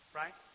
right